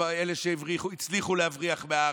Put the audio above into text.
אלה שהצליחו להבריח מהארץ,